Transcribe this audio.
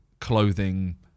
clothing